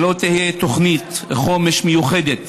ולא תהיה תוכנית חומש מיוחדת